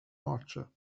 archer